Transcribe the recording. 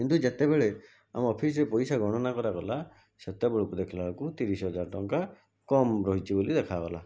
କିନ୍ତୁ ଯେତେବେଳେ ଆମ ଅଫିସ୍ରେ ପଇସା ଗଣନା କରାଗଲା ସେତେବେଳେକୁ ଦେଖିଲାବେଳକୁ ତିରିଶ ହଜାର ଟଙ୍କା କମ୍ ରହିଛି ବୋଲି ଦେଖାଗଲା